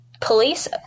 Police